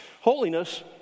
Holiness